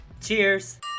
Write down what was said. Cheers